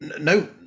No